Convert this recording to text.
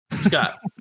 Scott